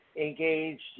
engaged